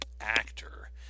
actor